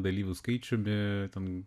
dalyvių skaičiumi ten